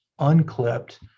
unclipped